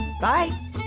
Bye! ¶¶